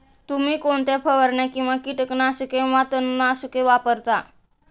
तुम्ही कोणत्या फवारण्या किंवा कीटकनाशके वा तणनाशके वापरता?